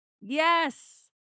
Yes